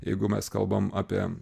jeigu mes kalbam apie